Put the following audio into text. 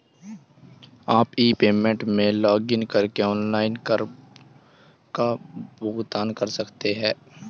आप e payment में login करके ऑनलाइन कर का भुगतान कर सकते हैं